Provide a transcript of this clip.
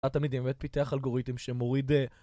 תמיד אם את פיתח אלגוריתם שמוריד